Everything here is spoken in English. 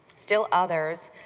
still others,